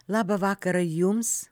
labą vakarą jums